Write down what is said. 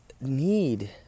need